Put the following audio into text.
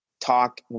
talk